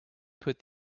put